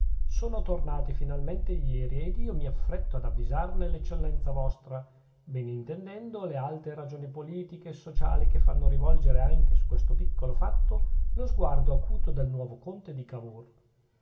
sono tornati finalmente ieri ed io mi affretto ad avvisarne l'eccellenza vostra bene intendendo le alte ragioni politiche e sociali che fanno rivolgere anche su questo piccolo fatto lo sguardo acuto del nuovo conte di cavour